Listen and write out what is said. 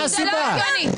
הגיוני.